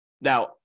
Now